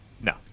No